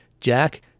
Jack